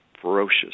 ferocious